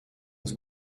was